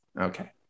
Okay